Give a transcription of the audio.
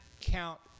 count